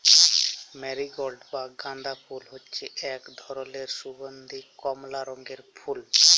marigold বা গাঁদা ফুল হচ্যে এক ধরলের সুগন্ধীয় কমলা রঙের ফুল